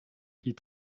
die